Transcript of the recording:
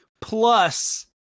plus